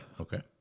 Okay